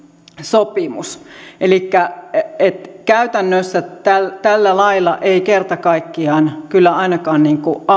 sopimus elikkä käytännössä tällä tällä lailla ei kerta kaikkiaan kyllä ainakaan